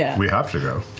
yeah we have to go.